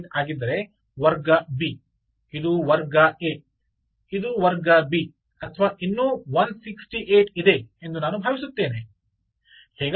168 ಆಗಿದ್ದರೆ ವರ್ಗ ಬಿ ಇದು ವರ್ಗ ಎ ಇದು ವರ್ಗ ಬಿ ಅಥವಾ ಇನ್ನೂ 168 ಇದೆ ಎಂದು ನಾನು ಭಾವಿಸುತ್ತೇನೆ